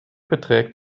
beträgt